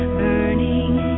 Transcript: burning